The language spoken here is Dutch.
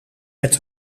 met